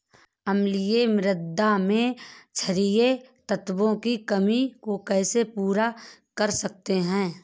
अम्लीय मृदा में क्षारीए तत्वों की कमी को कैसे पूरा कर सकते हैं?